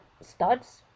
Studs